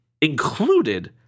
included